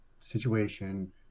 situation